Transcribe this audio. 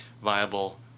viable